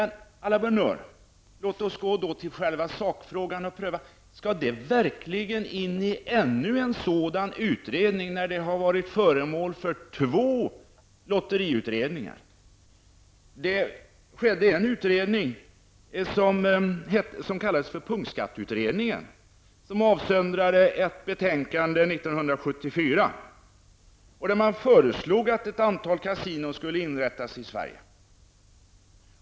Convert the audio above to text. À la bonne heure: låt oss då gå till själva sakfrågan. Skall den verkligen ingå i ännu en utredning när den redan varit föremål för två utredningar? Den s.k. punktskatteutredningen avsöndrade ett betänkande år 1974, där det föreslogs att ett antal kasinon skulle inrättas i Sverige.